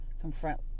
confront